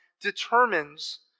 determines